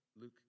Luke